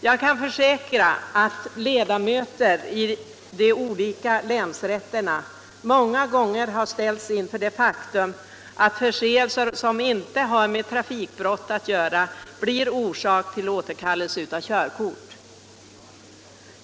Jag kan försäkra att ledamöter i de olika länsrätterna många gånger har ställts inför det faktum att förseelser som inte har med trafikbrott att göra blir orsak till återkallelse av körkort.